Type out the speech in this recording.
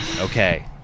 Okay